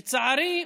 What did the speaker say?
לצערי,